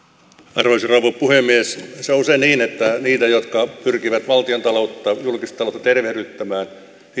arvoisa rouva puhemies se on usein niin että niitä jotka pyrkivät valtiontaloutta julkistaloutta tervehdyttämään